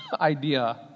idea